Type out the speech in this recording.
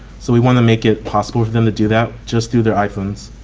so we want to make it possible for them to do that just through their iphones.